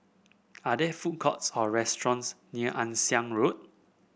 are there food courts or restaurants near Ann Siang Road